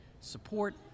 support